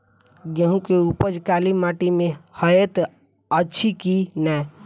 गेंहूँ केँ उपज काली माटि मे हएत अछि की नै?